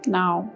now